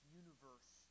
universe